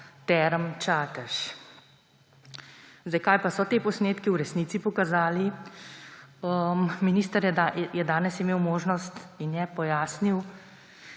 Term Čatež. Kaj pa so ti posnetki v resnici pokazali? Minister je danes imel možnost in je pojasnil,